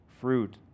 fruit